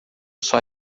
sua